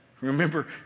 Remember